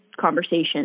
conversation